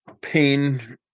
pain